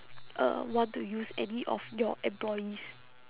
uh want to use any of your employees